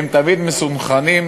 תמיד מסונכרנים,